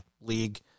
league